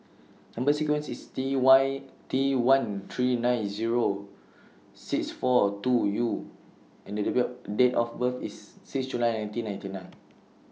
Number sequence IS T Y T one three nine Zero six four two U and Date Date of birth IS six July nineteen ninety nine